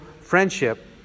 friendship